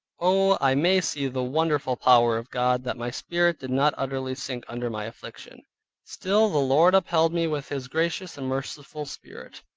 oh, i may see the wonderful power of god, that my spirit did not utterly sink under my affliction still the lord upheld me with his gracious and merciful spirit,